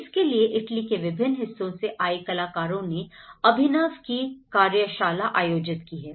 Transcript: इसके लिए इटली के विभिन्न हिस्सों से आए कलाकारों ने अभिनव की कार्यशाला आयोजित की हैं